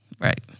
Right